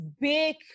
big